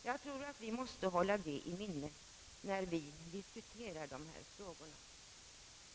Jag tror att vi måste hålla detta i minnet när vi diskuterar dessa saker.